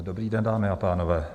Dobrý den, dámy a pánové.